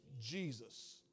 Jesus